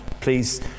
please